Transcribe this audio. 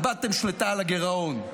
איבדתם שליטה על הגירעון,